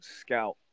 scout